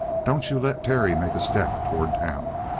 don't you let terry make a step toward town!